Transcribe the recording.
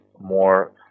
more